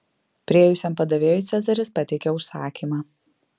priėjusiam padavėjui cezaris pateikė užsakymą